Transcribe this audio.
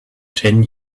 ten